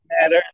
matter